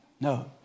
No